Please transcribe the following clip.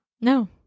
no